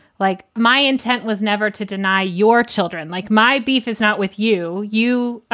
like, my intent was never to deny your children, like my beef is not with you, you,